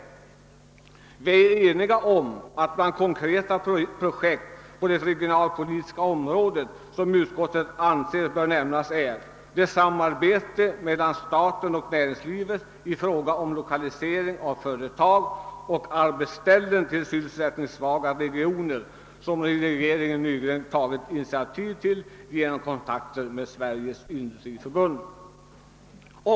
Vi är också eniga om att bland konkreta projekt på det regionalpolitiska området bör nämnas »det samarbete mellan staten och näringslivet i fråga om lokalisering av företag och arbetsställen till sysselsättningssvaga regioner som regeringen nyligen tagit initiativ till genom kontakter med Sveriges industriförbund».